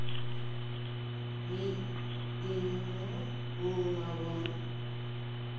ᱢᱤᱫ ᱫᱤᱱ ᱫᱚ ᱩᱢ ᱟᱵᱚᱱ